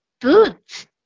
boots